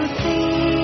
see